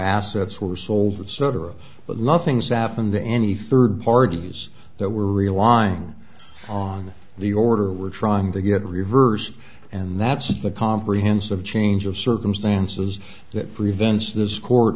assets were sold etc but nothing's happened to any third parties that we're relying on the order we're trying to get reversed and that's the comprehensive change of circumstances that prevents this court